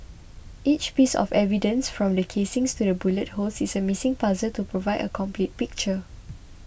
each piece of evidence from the casings to the bullet holes is a missing puzzle to provide a complete picture